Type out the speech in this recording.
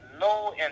no